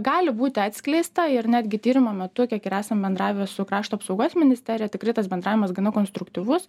gali būti atskleista ir netgi tyrimo metu kiek ir esam bendravę su krašto apsaugos ministerija tikrai tas bendravimas gana konstruktyvus